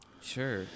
Sure